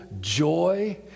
joy